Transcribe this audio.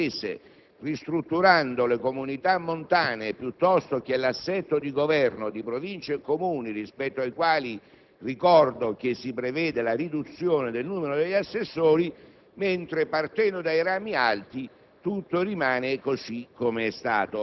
Non credo sarebbe giusto che ci presentassimo al Paese ristrutturando le comunità montane, piuttosto che l'assetto di governo di Province e Comuni (rispetto ai quali ricordo che si prevede la riduzione del numero degli assessori),